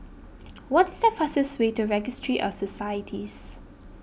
what is the fastest way to Registry of Societies